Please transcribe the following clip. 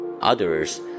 others